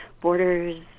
borders